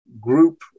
group